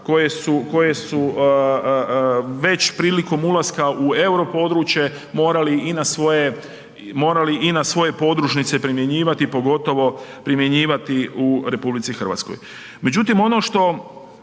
koje su već prilikom ulaska u euro područje, morali i na svoje podružnice primjenjivati pogotovo primjenjivati u RH.